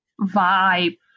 vibe